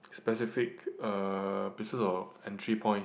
specific uh places of entry points